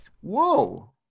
Whoa